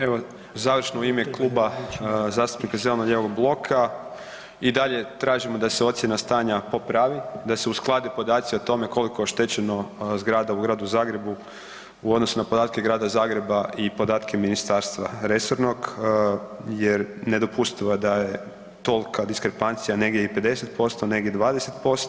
Evo, završno i ime Kluba zastupnika zeleno-lijevog bloka i dalje tražimo da se ocjena stanja popravi, da se usklade podaci o tome koliko je oštećeno zgrada u Gradu Zagrebu u odnosu na podatke Grada Zagreba i podatke ministarstva resornog jer nedopustivo je da je tolika diskrepancija negdje i 50%, negdje 20%